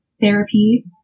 therapy